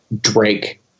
Drake